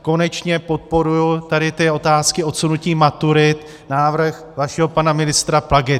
Konečně podporuji tady ty otázky odsunutí maturit, návrh vašeho pana ministra Plagy.